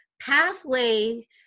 pathway